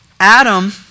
Adam